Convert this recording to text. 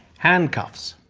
handcuffs.